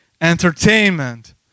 entertainment